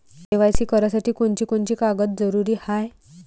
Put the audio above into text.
KYC करासाठी कोनची कोनची कागद जरुरी हाय?